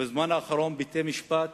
בזמן האחרון בתי-משפט